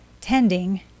Tending